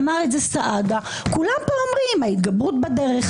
אמר את זה סעדה כולם פה אומרים: ההתגברות בדרך,